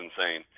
insane